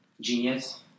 Genius